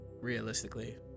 Realistically